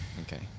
Okay